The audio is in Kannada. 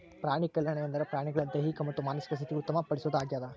ಪ್ರಾಣಿಕಲ್ಯಾಣ ಎಂದರೆ ಪ್ರಾಣಿಗಳ ದೈಹಿಕ ಮತ್ತು ಮಾನಸಿಕ ಸ್ಥಿತಿ ಉತ್ತಮ ಪಡಿಸೋದು ಆಗ್ಯದ